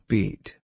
Beat